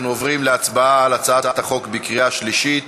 אנחנו עוברים להצבעה על הצעת החוק בקריאה שלישית.